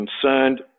concerned